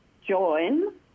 join